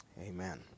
amen